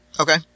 Okay